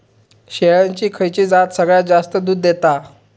शेळ्यांची खयची जात सगळ्यात जास्त दूध देता?